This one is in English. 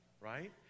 right